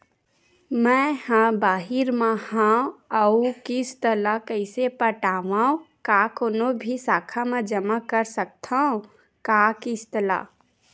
मैं हा बाहिर मा हाव आऊ किस्त ला कइसे पटावव, का कोनो भी शाखा मा जमा कर सकथव का किस्त ला?